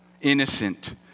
innocent